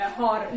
har